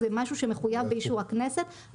זה משהו שמחויב באישור הכנסת.